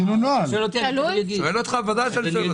שלא תהיה